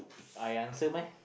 I answer meh